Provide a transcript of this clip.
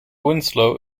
winslow